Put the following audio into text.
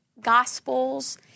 Gospels